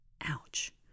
Ouch